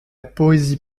poésie